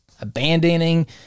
Abandoning